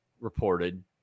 reported